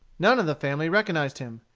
none of the family recognized him.